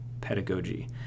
pedagogy